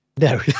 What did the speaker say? No